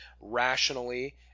rationally